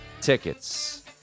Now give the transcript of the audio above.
tickets